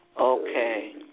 Okay